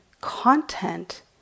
content